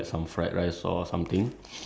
like it doesn't it doesn't matter